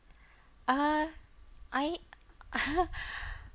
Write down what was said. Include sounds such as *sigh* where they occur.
uh I *laughs*